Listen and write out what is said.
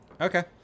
Okay